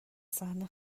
صحنه